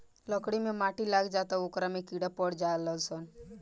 लकड़ी मे माटी लाग जाला त ओकरा में कीड़ा पड़ जाल सन